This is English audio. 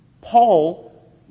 Paul